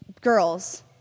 girls